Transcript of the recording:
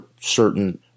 certain